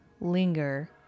linger